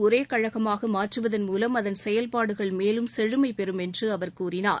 ஒரே கழகமாக மாற்றுவதன் மூலம் அதன் செயல்பாடுகள் மேலும் செழுமை பெறும் என்று அவர் கூறினார்